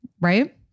right